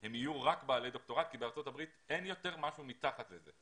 הם יהיו רק בעלי דוקטורט כי בארצות הברית אין יותר משהו מתחת לזה.